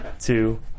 two